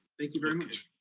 thank you very much.